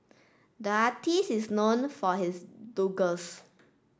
the artist is known for his